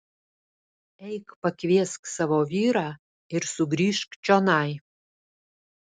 eik pakviesk savo vyrą ir sugrįžk čionai